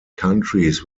countries